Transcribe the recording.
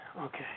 Okay